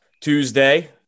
Tuesday